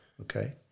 okay